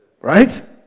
Right